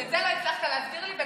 את זה לא הצלחת להסביר לי.